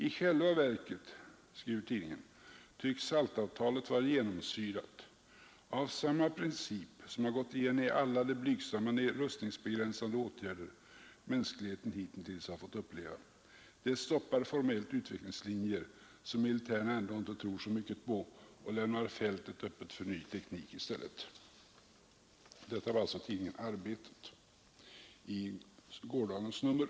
I själva verket tycks SALT-avtalet vara genomsyrat av samma princip, som har gått igen i alla de blygsamma rustningsbegränsande åtgärder mänskligheten hittills har fått uppleva. Det stoppar formellt utvecklingslinjer, som militärerna ändå inte tror så mycket på, och lämnar fältet Detta skrivs alltså i tidningen Arbetet, gårdagens nummer.